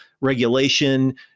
regulation